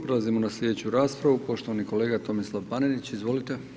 Prelazimo na slijedeću raspravu, poštovani kolega Tomislav Panenić, izvolite.